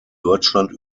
deutschland